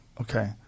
Okay